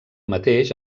mateix